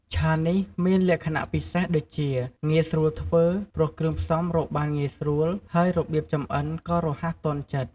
ឆានេះមានលក្ខណៈពិសេសដូចជា ងាយស្រួលធ្វើ ព្រោះគ្រឿងផ្សំរកបានងាយស្រួល ហើយរបៀបចម្អិនក៏រហ័សទាន់ចិត្ត។